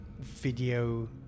video